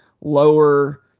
lower